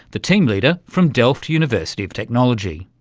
the team leader from delft university of technology.